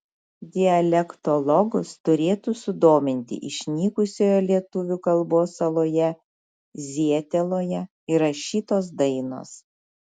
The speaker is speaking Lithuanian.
dialektologus turėtų sudominti išnykusioje lietuvių kalbos saloje zieteloje įrašytos dainos